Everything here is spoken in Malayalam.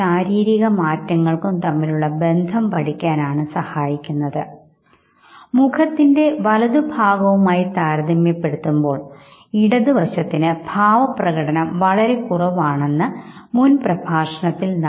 വ്യക്തിഗത സമൂഹങ്ങൾ വികാരങ്ങളുടെ വിനിമയം കൂടുതൽ അനുവദിച്ചേക്കാമെന്ന് ആണ് മാറ്റ്സുമോട്ടോ പറയുന്നത് കാരണം നെഗറ്റീവ് വികാരങ്ങൾ പ്രകടനവും മനസ്സിലാക്കലും വ്യക്തിസ്വാതന്ത്ര്യവുമായി ബന്ധപ്പെട്ടിരിക്കുന്നു